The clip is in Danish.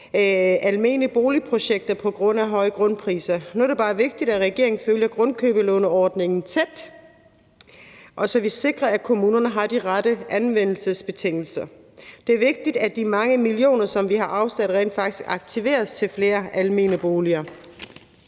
almene boligprojekter på grund af høje grundpriser. Nu er det bare vigtigt, at regeringen følger grundkøbslåneordningen tæt, så vi sikrer, at kommunerne har de rette anvendelsesbetingelser. Det er vigtigt, at de mange millioner, som vi har afsat, rent faktisk aktiveres til flere almene boliger.